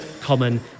common